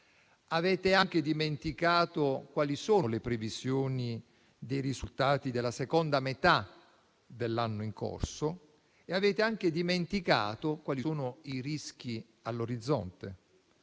Avete dimenticato quali sono le previsioni dei risultati della seconda metà dell'anno in corso e avete anche dimenticato quali sono i rischi all'orizzonte: